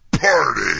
Party